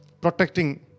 protecting